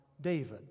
David